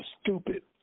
stupid